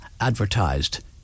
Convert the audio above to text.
advertised